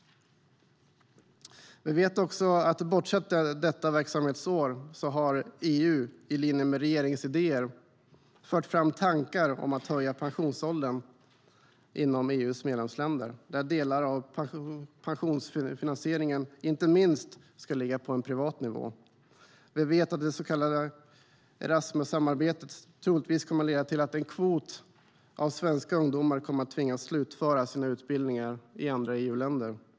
Vi vet också att EU, bortsett från detta verksamhetsår, i linje med regeringens idéer har fört fram tankar om att höja pensionsåldern inom EU:s medlemsländer, där delar av pensionsfinansieringen inte minst ska ligga på privat nivå. Vi vet att det så kallade Erasmussamarbetet troligtvis kommer att leda till att en kvot av svenska ungdomar kommer att tvingas slutföra sina utbildningar i andra EU-länder.